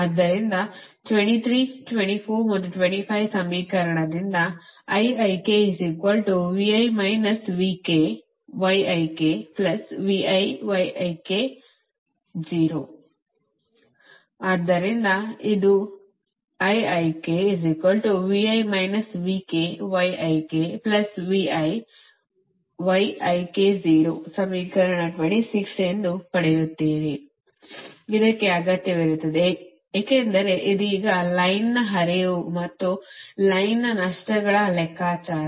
ಆದ್ದರಿಂದ 23 24 ಮತ್ತು 25 ಸಮೀಕರಣದಿಂದ ಆದ್ದರಿಂದ ಇದು ಸಮೀಕರಣ 26 ಎಂದು ಪಡೆಯುತ್ತೀರಿ ಇದಕ್ಕೆ ಅಗತ್ಯವಿರುತ್ತದೆ ಏಕೆಂದರೆ ಇದೀಗ ಲೈನ್ನ ಹರಿವು ಮತ್ತು ಲೈನ್ನ ನಷ್ಟಗಳ ಲೆಕ್ಕಾಚಾರ